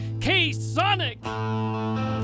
K-Sonic